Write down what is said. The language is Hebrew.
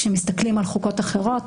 כאשר מסתכלים על חוקות אחרות,